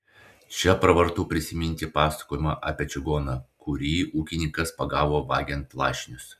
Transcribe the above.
čia pravartu prisiminti pasakojimą apie čigoną kurį ūkininkas pagavo vagiant lašinius